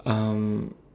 um